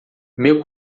meu